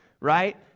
right